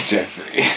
Jeffrey